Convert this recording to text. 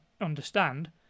understand